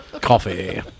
coffee